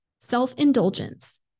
Self-indulgence